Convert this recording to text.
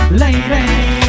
lady